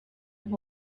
and